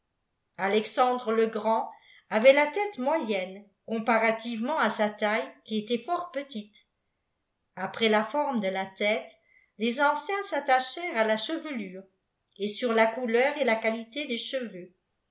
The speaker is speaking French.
alexandre le grand avait la tète moyenne comparativement à sa taille qui était fort petite après la forme de la tête les anciens s'attachèrent à la chevelure et sur la couleur et la qualité des cheveux